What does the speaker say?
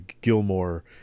Gilmore